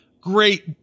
Great